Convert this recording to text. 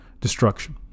destruction